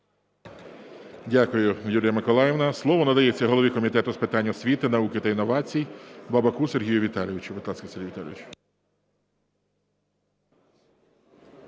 Дякую, Юлія Миколаївна. Слово надається голові Комітету з питань освіти, науки та інновацій Бабаку Сергію Віталійовичу.